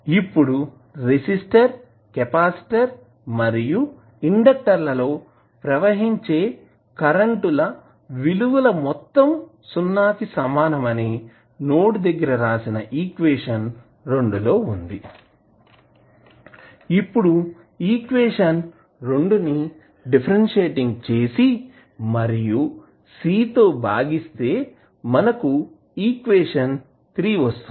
ఇప్పుడు resistor capacitor మరియు inductor లలో ప్రవహించే కరెంటు ల విలువల మొత్తం సున్నా కి సమానం అని నోడ్ దగ్గర రాసిన ఈక్వేషన్ లో వుంది ఇప్పుడు ఈక్వేషన్ ని డిఫరెన్షియేటింగ్ చేసి మరియు C తో భాగిస్తే మనకు ఈక్వేషన్ వస్తుంది